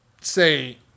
say